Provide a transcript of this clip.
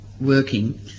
working